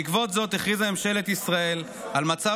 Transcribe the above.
בעקבות זאת הכריזה ממשלת ישראל על מצב